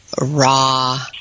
raw